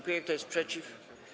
Kto jest przeciw?